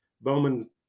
Bowman